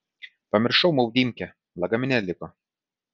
pamiršau maudymkę lagamine liko